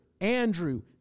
Andrew